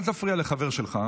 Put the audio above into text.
אל תפריע לחבר שלך,